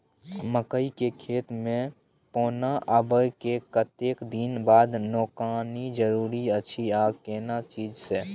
मकई के खेत मे पौना आबय के कतेक दिन बाद निकौनी जरूरी अछि आ केना चीज से?